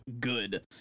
good